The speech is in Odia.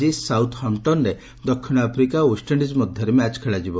ଆଜି ସାଉଥ୍ହାମଟନ୍ରେ ଦକ୍ଷିଣ ଆଫ୍ରିକା ଓ ୱେଷ୍ଟଇଣ୍ଡିକ୍ ମଧ୍ୟରେ ମ୍ୟାଚ୍ ଖେଳାଯିବ